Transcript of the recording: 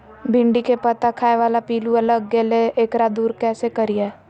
भिंडी के पत्ता खाए बाला पिलुवा लग गेलै हैं, एकरा दूर कैसे करियय?